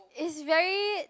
it's very